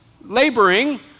laboring